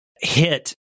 hit